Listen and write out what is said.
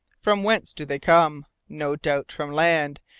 from whence do they come? no doubt from land,